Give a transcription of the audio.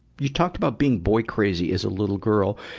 you talked about being boy crazy as a little girl.